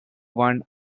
want